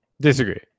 Disagree